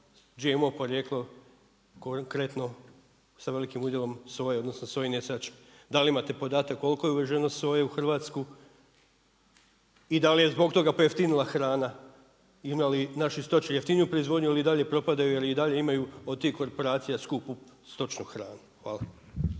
GMO porijekla, konkretno sa velikim udjelom soje, odnosno sojinih saće. Da li imate podatak koliko je uveženo soje u Hrvatsku? i da li je zbog toga pojeftinila hrana. Ima li naši stočari jeftiniju proizvodnju ili i dalje propadaju ili i dalje imaju od tih korporacija skupu stočnu hranu? Hvala.